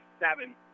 seven